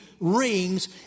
rings